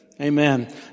amen